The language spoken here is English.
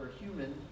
human